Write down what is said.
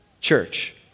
church